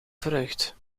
vreugd